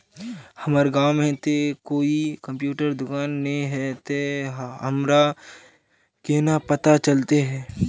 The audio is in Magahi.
हमर गाँव में ते कोई कंप्यूटर दुकान ने है ते हमरा केना पता चलते है?